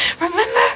Remember